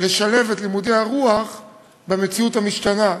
לשלב את לימודי הרוח במציאות המשתנה.